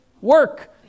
work